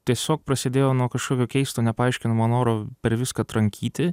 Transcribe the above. tiesiog prasidėjo nuo kažkokio keisto nepaaiškinamo noro per viską trankyti